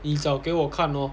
你找给我看咯